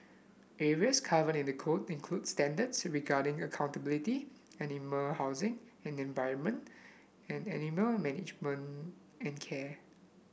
areas covered in the code include standards regarding accountability animal housing and environment and animal management and care